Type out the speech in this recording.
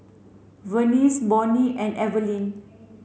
Vernice Bonny and Evelyn